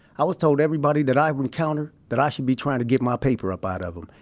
i was told everybody that i ever encountered, that i should be trying to get my paper up out of em,